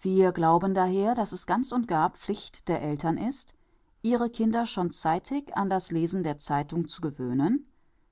wir glauben daher daß es ganz und gar pflicht der eltern ist ihre kinder schon zeitig an das lesen der zeitung zu gewöhnen